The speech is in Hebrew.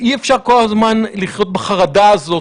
אי-אפשר כל הזמן להיות בחרדה הזאת,